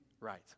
right